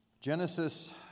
Genesis